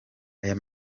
aya